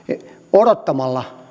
odottamalla